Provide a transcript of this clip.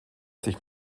sich